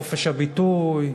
חופש הביטוי,